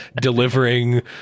delivering